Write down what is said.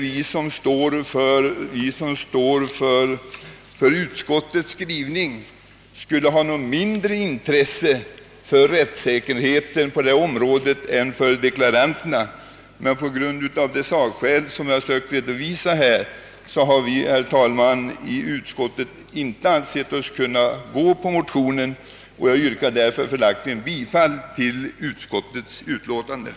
Vi som står för utskottets skrivning har emellertid inte mindre intresse för rättssäkerheten på det här området än reservanterna, men av de skäl som jag framfört har, herr talman, utskottsmajoriteten inte ansett sig kunna tillstyrka motionen, och jag yrkar följaktligen bifall till utskottets hemställan.